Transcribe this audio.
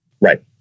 Right